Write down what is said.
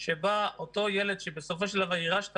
שבה אותו ילד שבסופו של דבר יירש את